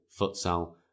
futsal